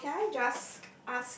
so can I just